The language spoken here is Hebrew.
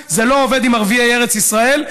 זה לא עובד עם ערביי ארץ ישראל,